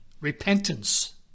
repentance